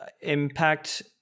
impact